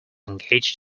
engaged